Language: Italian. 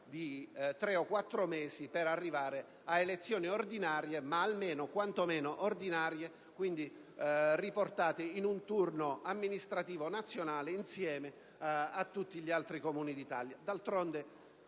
di tre o quattro mesi per arrivare ad elezioni ordinarie ed essere riportati in un turno amministrativo nazionale insieme a tutti gli altri Comuni d'Italia.